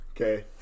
Okay